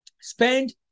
Spend